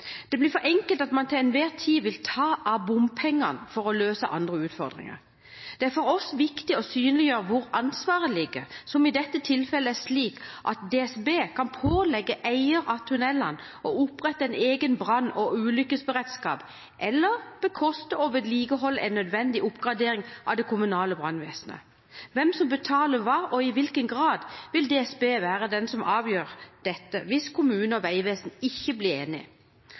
Det blir for enkelt at man til enhver tid vil ta av bompengene for å løse andre utfordringer. Det er for oss viktig å synliggjøre hvor ansvaret ligger, som i dette tilfellet er slik at DSB kan pålegge eiere av tunnelene å opprette en egen brann- og ulykkesberedskap eller bekoste og vedlikeholde en nødvendig oppgradering av det kommunale brannvesenet. Hvem som betaler hva, og i hvilken grad, vil det være DSB som avgjør, hvis kommunene og Vegvesenet ikke blir enige.